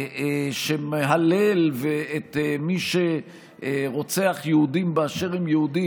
שמהלל את מי שרוצח יהודים באשר הם יהודים,